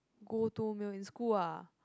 go to meal in school ah